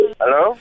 Hello